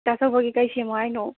ꯗꯥ ꯆꯧꯕꯒꯤ ꯀꯩ ꯁꯦꯝꯃꯣ ꯍꯥꯏꯅꯣ